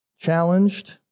Challenged